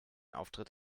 auftritt